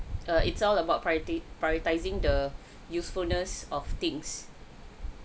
err it's all about priority prioritizing the usefulness of things